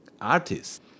artists